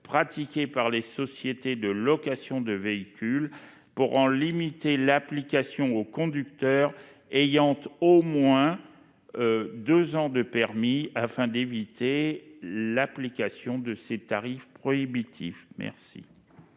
pratiqués par les sociétés de location de véhicules pour en limiter l'application aux conducteurs ayant eu au moins 2 ans de permis afin d'éviter l'application de ses tarifs prohibitifs merci.